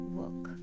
work